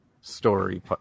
story